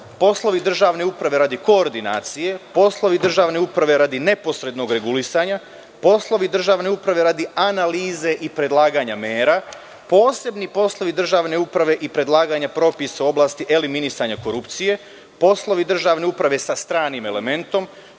poslovi državne uprave radi koordinacije, poslovi državne uprave radi neposrednog regulisanja, poslovi državne uprave radi analize i predlaganja mera. Posebni poslovi državne uprave i predlaganje propisa u oblasti eliminisanja korupcije, poslovi državne uprave sa stranim elementom,